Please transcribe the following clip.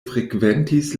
frekventis